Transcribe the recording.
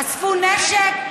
אספו נשק?